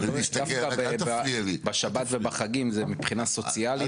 דווקא בשבת ובחגים זה מבחינת סוציאלית,